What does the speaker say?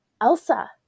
Elsa